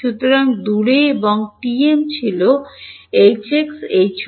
সুতরাং দূরে এবং TM ছিল Hx Hy Ez